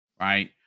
right